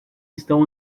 estão